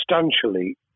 substantially